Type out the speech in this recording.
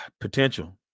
potential